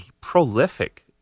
prolific